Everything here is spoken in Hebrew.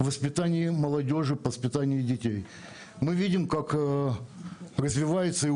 לתת לכיכר מסוימת את השם